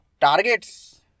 targets